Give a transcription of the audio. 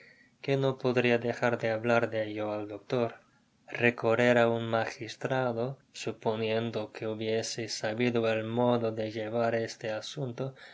que no podria dejar de hablar de ello al doctor recorrer aun magistrado suponiendo que hubiese sabido el modo de llevar este asunto